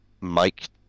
mike